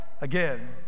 again